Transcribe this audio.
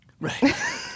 Right